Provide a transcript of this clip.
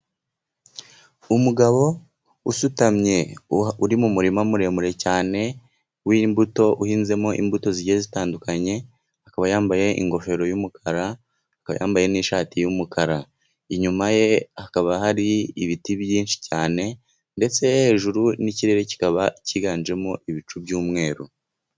Umugabo usutamye uri mu murima muremure cyane w'imbuto, uhinzemo imbuto zigiye zitandukanye. Akaba yambaye ingofero y'umukara, akaba yambaye n'ishati y' umukara. Inyuma ye hakaba hari ibiti byinshi cyane, ndetse hejuru n'ikirere kikaba cyiganjemo ibicu bymweru.